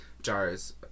jars